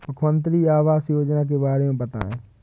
मुख्यमंत्री आवास योजना के बारे में बताए?